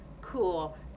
cool